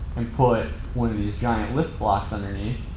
and put one of these giant lift blocks underneath